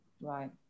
Right